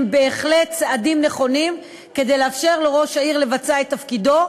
הם בהחלט צעדים נכונים כדי לאפשר לראש העיר לבצע את תפקידו.